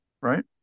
right